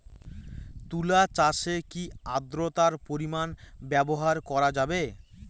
তুলা চাষে কি আদ্রর্তার পরিমাণ ব্যবহার করা যাবে?